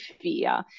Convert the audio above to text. fear